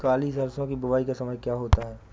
काली सरसो की बुवाई का समय क्या होता है?